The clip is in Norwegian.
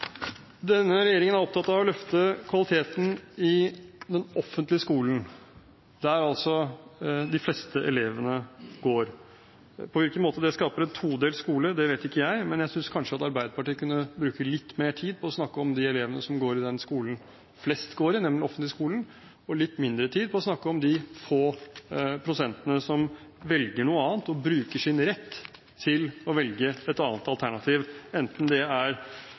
offentlige skolen, der altså de fleste elevene går. På hvilken måte det skaper en todelt skole, det vet ikke jeg, men jeg synes kanskje at Arbeiderpartiet kunne bruke litt mer tid på å snakke om de elevene som går i den skolen flest går i, nemlig den offentlige skolen, og litt mindre tid på å snakke om de få prosentene som velger noe annet og bruker sin rett til å velge et annet alternativ, enten det er